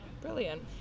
Brilliant